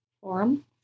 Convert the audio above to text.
Forum